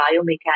biomechanics